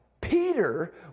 Peter